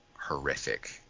horrific